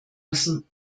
müssen